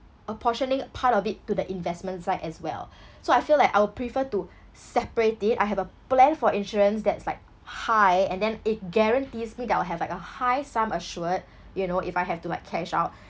apportioning part of it to the investment side as well so I feel like I will prefer to separate it I have a plan for insurance that's like high and then it guarantees me that I will have like a high sum assured you know if I have to like cash out